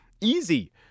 easy